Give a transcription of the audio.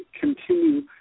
continue